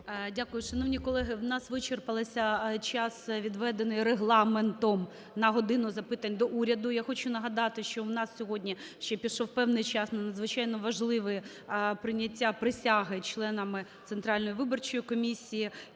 Дякую. Шановні колеги, у нас вичерпався час, відведений Регламентом на "годину запитань до Уряду". Я хочу нагадати, що у нас сьогодні ще пішов певний час на надзвичайно важливе прийняття присяги членами Центральної виборчої комісії.